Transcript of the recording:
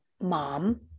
mom